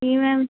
जी ma'am